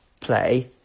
play